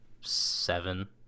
seven